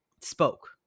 spoke